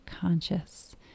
conscious